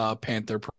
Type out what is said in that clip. Panther